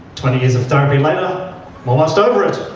twenty years of therapy later, i'm almost over it.